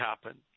happen